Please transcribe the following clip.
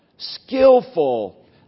skillful